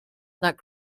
that